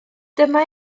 dyma